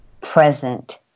present